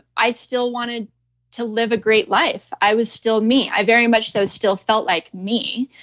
i still wanted to live a great life. i was still me, i very much so still felt like me.